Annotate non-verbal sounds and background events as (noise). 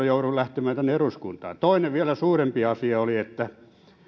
(unintelligible) jouduin lähtemään tänne eduskuntaan toinen vielä suurempi asia oli että